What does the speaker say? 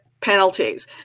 Penalties